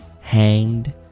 hanged